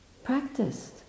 practiced